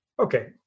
Okay